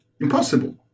Impossible